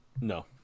No